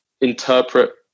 interpret